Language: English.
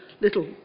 little